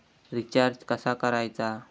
Recharge कसा करायचा?